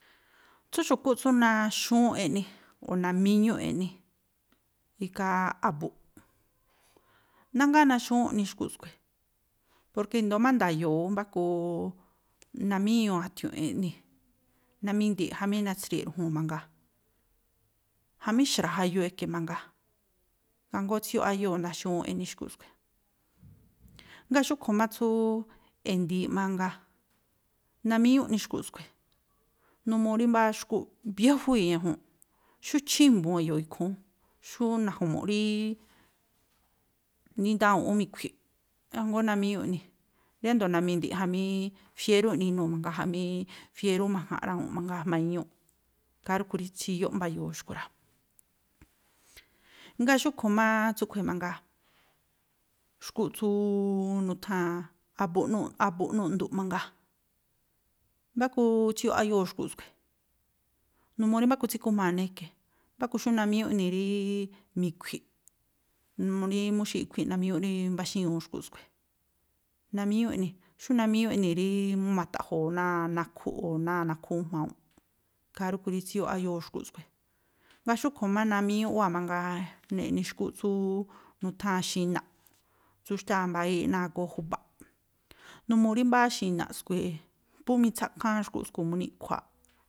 Tsú xu̱kúꞌ tsú naxúwúnꞌ eꞌni, o̱ namíñúꞌ eꞌni, ikhaa a̱bu̱nꞌ. Nájngáá naxúwúnꞌ eꞌni xkúꞌ skui̱. Porke i̱ndóó má nda̱yo̱o̱ ú mbákuuu namíñuu a̱tiu̱nꞌ eꞌnii̱, namindi̱ꞌ jamí natsriye̱ꞌ ru̱ju̱u̱n mangaa, jamí xra̱a̱ jayuuꞌ e̱ke̱ mangaa. Ikhaa jngóó tsíyóꞌ áyóo̱, naxúwúnꞌ eꞌni xkúꞌ skui̱. Ngáa̱ xúꞌkhui̱ má tsúúú, e̱ndi̱iꞌ mangaa, namíñúꞌ eꞌni xkúꞌ skui̱, numuu rí mbáá xkúꞌ biéjuíi̱ ñajuu̱nꞌ, xú chímbu̱un e̱yo̱o̱ ikhúún, xú naju̱mu̱ꞌ rííí ni ndawu̱unꞌ ú mi̱khui̱ꞌ, kajngóó namíñúꞌ eꞌnii̱ riándo̱o namindi̱ꞌ jamíí fiérú enii̱ inuu̱ mangaa, jamí fiérú ma̱ja̱nꞌ rawuu̱nꞌ mangaa jma̱a iñuu̱ꞌ. Ikhaa rúꞌkhui̱ rí tsíyóꞌ mba̱yo̱o̱ xkui̱ rá. Ngáa̱ xúꞌkui̱ máá tsúꞌkhui̱ mangaa xkúꞌ tsúúú nutháa̱n a̱bu̱nꞌ a̱bu̱nꞌ núꞌndu̱ꞌ mangaa. Mbákuu tsíyóꞌ áyóo̱ xkúꞌ skui̱. Numuu rí mbáku tsíkujmaa̱ náá e̱ke̱, mbáku xú namíñúꞌ eꞌnii̱ rííí mi̱khui̱ꞌ, numuu rí mú xíi̱ꞌ íkhuíꞌ namíñúꞌ rí mbaxíñu̱u xkúꞌ skui̱. Namíñúꞌ eꞌnii̱, xú namíñúꞌ eꞌnii̱ rííí mata̱ꞌjo̱o̱ náa̱ nakhúꞌ o̱ náa̱ nakhúú jma̱wunꞌ, ikhaa rúꞌkhui̱ rí tsíyóꞌ áyóo̱ xkúꞌ skui̱. Ngáa̱ xúꞌkhui̱ má namíñúꞌ wáa mangaa neꞌni xkúꞌ tsúúú nutháa̱n xinaꞌ, tsú xtáa̱ mbayííꞌ náa̱ agoo ju̱ba̱ꞌ numuu rí mbáá xinaꞌ skui̱, phú mitsákháán xkúꞌ skui̱ mú niꞌkhua̱a̱ꞌ.